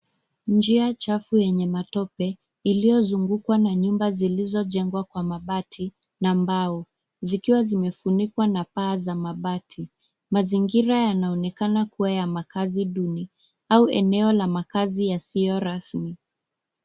Njia chafu yenye matope, iliyozungukwa na nyumba zilizojengwa kwa mabati na mbao, zikiwa zimefunikwa na paa za mabati. Mazingira yanaonekana kua ya makazi duni au eneo la makazi yasiyo rasmi.